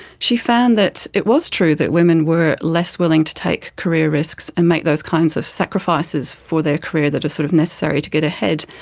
she found that it was true that women were less willing to take career risks and make those kinds of sacrifices for their career that are sort of necessary to get ahead,